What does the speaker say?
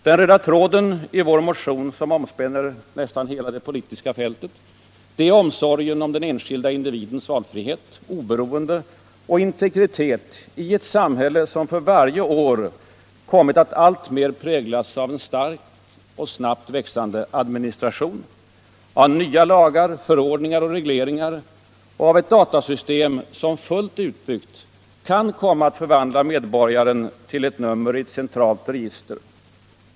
Den röda tråden i vår motion, som omspänner nästan hela det politiska fältet, är omsorgen om den enskilda individens valfrihet, oberoende och integritet i ett samhälle som för varje år kommit att alltmer präglas av en stark och snabbt växande administration, av nya lagar, förordningar och regleringar och av ett datasystem som fullt utbyggt kan komma att förvandla medborgaren till ett nummer i ett centralt register.